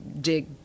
dig